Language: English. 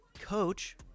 coach